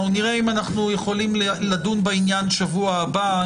נראה אם אנחנו יכולים לדון בעניין בשבוע הבא.